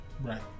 Right